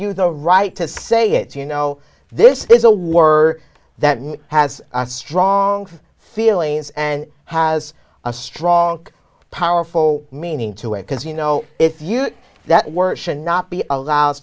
you the right to say it you know this is a war that has strong feelings and has a strong powerful meaning to it because you know if you that work should not be allowed